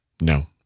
No